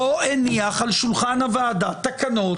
לא הניח על שולחן הוועדה תקנות,